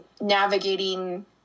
navigating